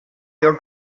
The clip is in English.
your